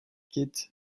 quittent